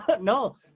No